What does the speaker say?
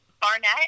Barnett